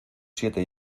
siete